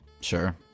Sure